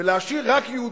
ולהשאיר רק יהודית.